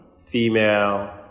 female